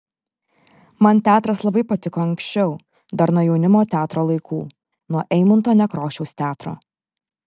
man teatras labai patiko anksčiau dar nuo jaunimo teatro laikų nuo eimunto nekrošiaus teatro